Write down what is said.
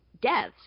deaths